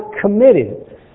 committed